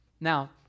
Now